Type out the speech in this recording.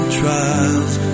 trials